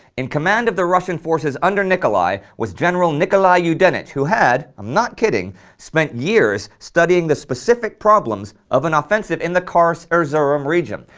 in command of the russian forces under nikolai was general nikolai yudenich, who had i'm not kidding spent years studying the specific problems of an offensive in the kars-erzurum region,